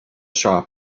shop